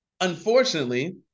Unfortunately